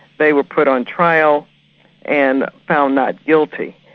they were put on trial and found not guilty.